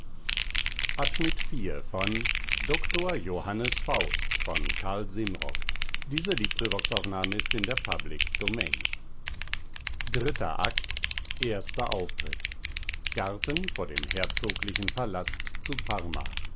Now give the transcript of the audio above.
dritter aufzug erster auftritt garten vor dem herzoglichen pallast zu parma